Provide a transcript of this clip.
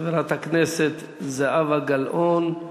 חברת הכנסת זהבה גלאון.